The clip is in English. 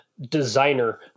designer